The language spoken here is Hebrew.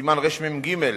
סימן רמ"ג: